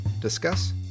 discuss